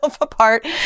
apart